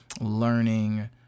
learning